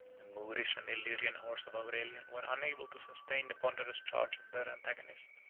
the moorish and illyrian horse of aurelian were unable to sustain the ponderous charge of their antagonists.